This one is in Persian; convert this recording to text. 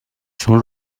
چون